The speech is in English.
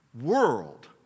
world